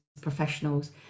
professionals